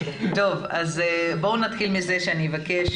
טוב, אז בואו נתחיל מזה שאני אבקש